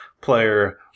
player